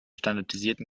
standardisierten